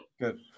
Good